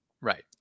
Right